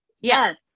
Yes